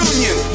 Union